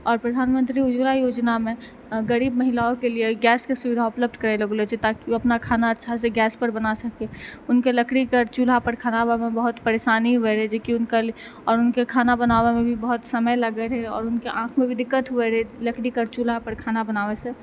आओर प्रधानमन्त्री उज्ज्वला योजनामे गरीब महिलाके लिए गैसके सुविधा उपलब्ध करैलऽ गेलऽ छै ताकि ओ अपना खाना अच्छासँ गैसपर बना सकै हुनकाके लकड़ीके चुल्हापर खाना बनबैमे बहुत परेशानी होइ रहै जेकि हुनकालिए आओर हुनके खाना बनाबैमे भी बहुत समय लगै रहै आओर ऊनके आँखिमे भी दिक्कत होइ रहै लकड़ीके चुल्हापर खाना बनाबैसँ